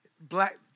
black